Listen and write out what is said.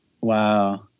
Wow